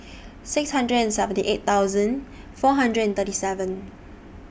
six hundred and seventy eight thousand four hundred and thirty seven